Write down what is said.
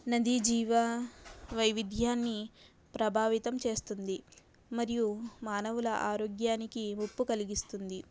నది జీవ వైవిధ్యాన్ని ప్రభావితం చేస్తుంది మరియు మానవుల ఆరోగ్యానికి ఒప్పు కలిగిస్తుంది